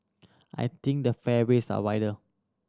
I think the fairways are wider